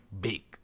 big